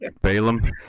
Balaam